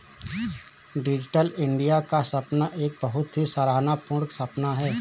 digital India का सपना एक बहुत ही सराहना पूर्ण सपना है